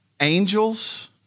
Angels